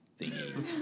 thingy